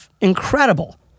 incredible